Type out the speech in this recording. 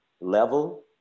level